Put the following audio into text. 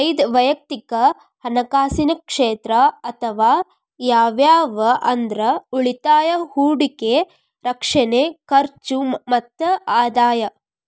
ಐದ್ ವಯಕ್ತಿಕ್ ಹಣಕಾಸಿನ ಕ್ಷೇತ್ರ ಅದಾವ ಯಾವ್ಯಾವ ಅಂದ್ರ ಉಳಿತಾಯ ಹೂಡಿಕೆ ರಕ್ಷಣೆ ಖರ್ಚು ಮತ್ತ ಆದಾಯ